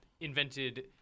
invented